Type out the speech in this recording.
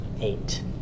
Eight